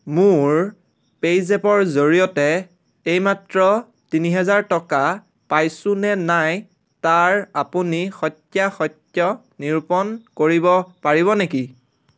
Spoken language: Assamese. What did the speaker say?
মোৰ পে' জেপৰ জৰিয়তে এইমাত্ৰ তিনি হাজাৰ টকা পাইছোঁ নে নাই তাৰ আপুনি সত্যাসত্য নিৰূপণ কৰিব পাৰিব নেকি